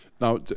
Now